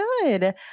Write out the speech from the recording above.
good